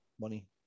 money